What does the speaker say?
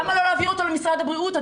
למה לא להעביר אותו למשרד הבריאות,